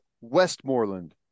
Westmoreland